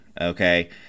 okay